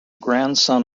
grandson